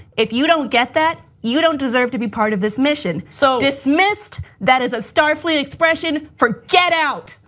if you don't get that you don't deserve to be part of this mission. so dismissed, that is a starfleet expression for get out.